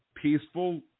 Peaceful